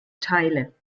teile